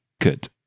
Good